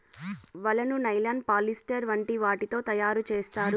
వలను nylon, polyester వంటి వాటితో తయారు చేత్తారు